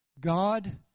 God